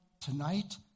tonight